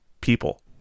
people